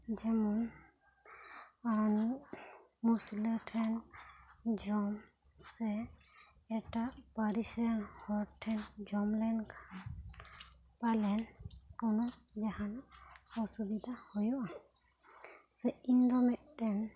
ᱡᱮᱢᱚᱱ ᱢᱩᱥᱞᱟᱹ ᱴᱷᱮᱱ ᱡᱚᱢ ᱥᱮ ᱮᱴᱟᱜ ᱯᱟᱹᱨᱤᱥ ᱨᱮᱱ ᱦᱚᱲ ᱴᱷᱮᱱ ᱡᱚᱢ ᱞᱮᱱ ᱠᱷᱟᱱ ᱯᱟᱞᱮᱱ ᱚᱱᱟ ᱡᱟᱦᱟᱱᱟᱜ ᱚᱥᱩᱵᱷᱤᱫᱷᱟ ᱦᱩᱭᱩᱜᱼᱟ ᱥᱮ ᱤᱧᱫᱚ ᱢᱤᱫᱴᱮᱱ